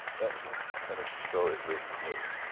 that's an interesting story at least to me.